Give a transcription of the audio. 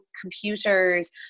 computers